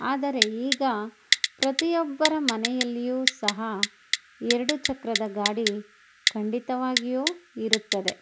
ಆದರೆ ಈಗ ಪ್ರತಿಯೊಬ್ಬರ ಮನೆಯಲ್ಲಿಯೂ ಸಹ ಎರಡು ಚಕ್ರದ ಗಾಡಿ ಖಂಡಿತವಾಗಿಯು ಇರುತ್ತದೆ